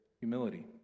humility